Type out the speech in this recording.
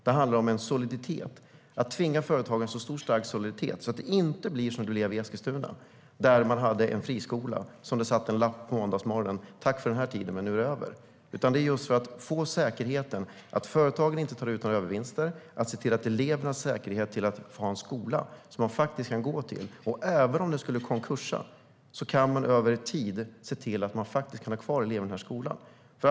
Det handlar om soliditet - att tvinga företagen att ha så stark soliditet att det inte blir som i Eskilstuna, där man hade en friskola som en måndagsmorgon hade en lapp på dörren där det stod: Tack för den här tiden, men nu är det över. Det handlar om säkerheten. Man ska se till att företagen inte tar ut några övervinster och att eleverna har en säkerhet i att ha en skola att gå till. Man ska se till att en skola kan ha kvar eleverna en tid även om skolan skulle gå i konkurs.